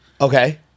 Okay